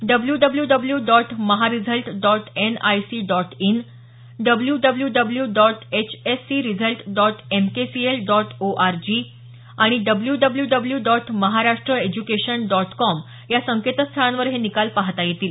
W W W dot Maha result dot N I C dot in W W W dot H S C result dot M K C L dot O R G आणि W W W dot Maharashtra education dot com या संकेतस्थळांवर हे निकाल पाहता येतील